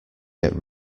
get